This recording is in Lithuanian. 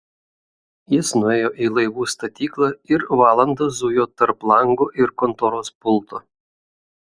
jis nuėjo į laivų statyklą ir valandą zujo tarp lango ir kontoros pulto